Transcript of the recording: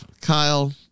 Kyle